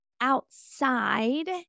outside